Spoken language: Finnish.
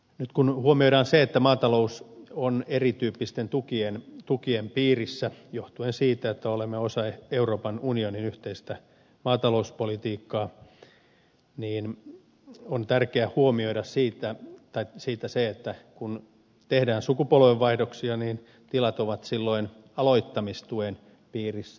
nyt kun huomioidaan se että maatalous on erityyppisten tukien piirissä johtuen siitä että olemme osa euroopan unionin yhteistä maatalouspolitiikkaa on tärkeä huomata se että kun tehdään sukupolvenvaihdoksia niin tilat ovat silloin aloittamistuen piirissä